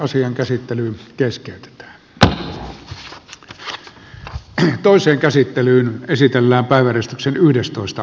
asian käsittely keskeytetään hot club toiseen käsittelyyn esitellä päivystyksen yhdestoista